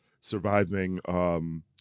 surviving